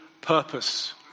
purpose